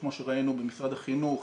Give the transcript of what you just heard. כמו שראינו במשרד החינוך,